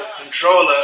controller